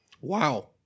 Wow